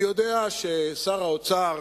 אני יודע ששר האוצר